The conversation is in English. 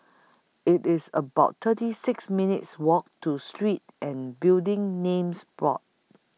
IT IS about thirty six minutes' Walk to Street and Building Names Board